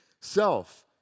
self